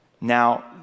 Now